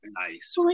nice